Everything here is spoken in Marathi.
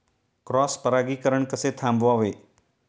क्रॉस परागीकरण कसे थांबवावे?